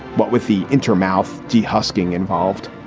but with the inter mouth de husking involved,